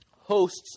hosts